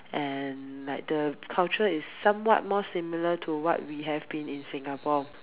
and like the culture is somewhat more similar to what we have been in Singapore